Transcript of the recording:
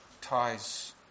ties